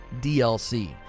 DLC